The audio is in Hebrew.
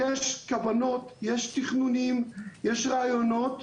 יש כוונות, יש תכנונים, יש רעיונות.